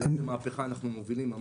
ואיזו מהפכה אנחנו מובילים.